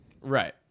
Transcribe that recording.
Right